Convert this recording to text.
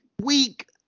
Week